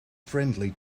friendly